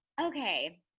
Okay